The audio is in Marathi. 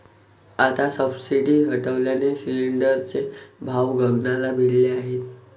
आता सबसिडी हटवल्याने सिलिंडरचे भाव गगनाला भिडले आहेत